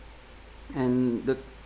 and the